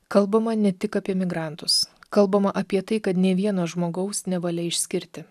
kalbama ne tik apie migrantus kalbama apie tai kad nė vieno žmogaus nevalia išskirti